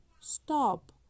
stop